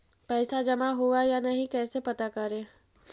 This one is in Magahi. पैसा जमा हुआ या नही कैसे पता करे?